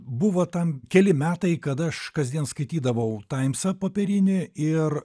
buvo tam keli metai kada aš kasdien skaitydavau taimsą popierinį ir